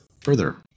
further